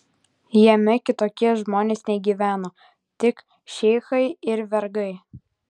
jame kitokie žmonės negyveno tik šeichai ir vergai